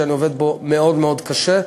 שאני עובד בו מאוד מאוד קשה.